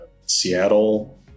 Seattle